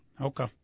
Okay